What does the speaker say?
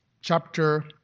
chapter